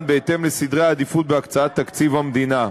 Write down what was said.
בהתאם לסדרי העדיפויות בהקצאת תקציב המדינה.